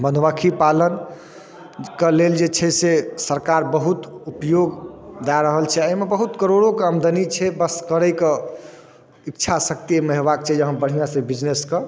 मधुमक्खी पालनके लेल जे छै से सरकार बहुत उपयोग दए रहल छै ए एहिमे बहुत करोड़ोंके आमदनी छै बस करैके इच्छाशक्ति एहिमे हेबाके चाही जे अहाँ बढ़िआँ सँ बिजनेसके